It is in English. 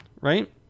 right